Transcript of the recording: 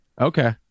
Okay